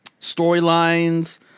storylines